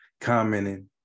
Commenting